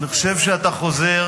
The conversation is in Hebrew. אני חושב שאתה חוזר,